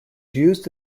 used